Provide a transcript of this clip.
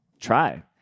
try